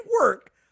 work